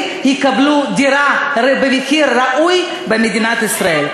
יקבלו דירה במחיר ראוי במדינת ישראל.